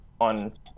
on